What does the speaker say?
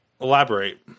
Elaborate